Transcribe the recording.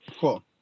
cool